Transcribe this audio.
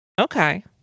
Okay